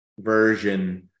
version